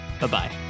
Bye-bye